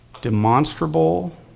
demonstrable